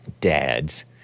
dads